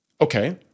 Okay